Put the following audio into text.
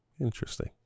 Interesting